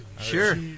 Sure